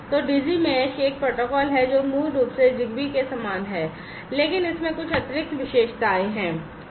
Digi mesh एक protocol है जो मूल रूप से ZigBee के समान है लेकिन इसमें कुछ अतिरिक्त विशेषताएं हैं